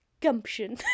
Gumption